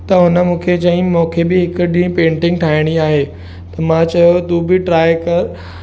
त हुन मूंखे चयांईं मूंखे बि हिकु ॾींहुं पेंटिंग ठाहिणी आहे त मां चयो तू बि ट्राए कर